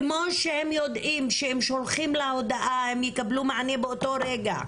כמו שהם יודעים שהם שולחים לה הודעה הם יקבלו מענה באותו רגע,